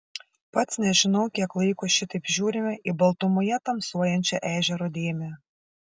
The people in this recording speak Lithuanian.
pats nežinau kiek laiko šitaip žiūrime į baltumoje tamsuojančią ežero dėmę